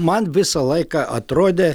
man visą laiką atrodė